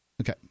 Okay